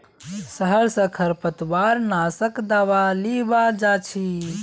शहर स खरपतवार नाशक दावा लीबा जा छि